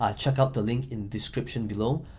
ah check out the link in description below,